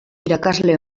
irakasle